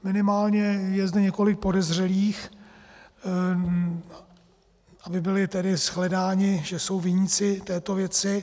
Minimálně je zde několik podezřelých, aby byli tedy shledáni, že jsou viníci této věci.